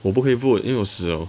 我不可以 vote 因为我死 liao